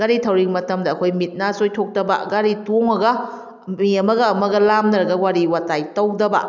ꯒꯥꯔꯤ ꯊꯧꯔꯤꯉꯩ ꯃꯇꯝꯗ ꯑꯩꯈꯣꯏ ꯃꯤꯠ ꯅꯥ ꯆꯣꯏꯊꯣꯛꯇꯕ ꯒꯥꯔꯤ ꯇꯣꯡꯉꯒ ꯃꯤ ꯑꯃꯒ ꯑꯃꯒ ꯂꯥꯝꯅꯔꯒ ꯋꯥꯔꯤ ꯋꯥꯇꯥꯏ ꯇꯧꯗꯕ